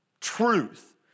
truth